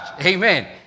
Amen